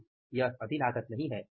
नहीं यह अधिलागत नहीं है